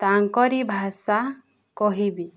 ତାଙ୍କରି ଭାଷା କହିବି